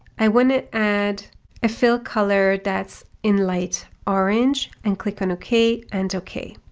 i want to add a fill color that's in light orange and click on okay and okay.